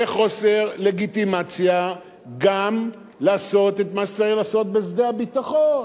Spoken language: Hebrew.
זה חוסר לגיטימציה גם לעשות את מה שצריך לעשות בשדה הביטחון.